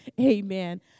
amen